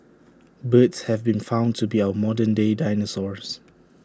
birds have been found to be our modern day dinosaurs